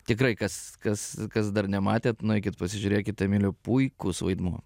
tikrai kas kas kas dar nematėt nueikit pasižiūrėkit emilio puikus vaidmuo